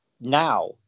now